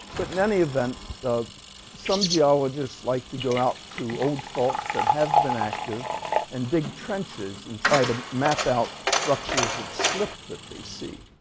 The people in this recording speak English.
but in any event some geologists like to go out to old faults that have been active and dig trenches and try to map out structures of slip that they see.